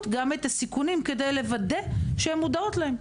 גם אתה סיכונים כדי לוודא שהן מודעות להן.